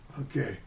Okay